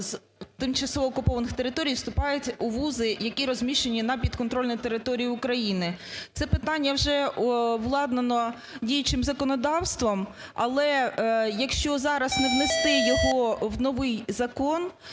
з тимчасово окупованих територій вступають у вузи, які розміщені на підконтрольній території України. Це питання вже владнано діючим законодавством, але, якщо зараз не внести його в новий закон,